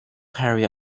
harry